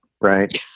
right